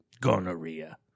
Gonorrhea